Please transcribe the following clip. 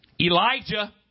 Elijah